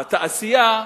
בתעשייה,